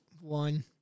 one